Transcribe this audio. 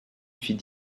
fille